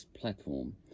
platform